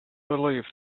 believe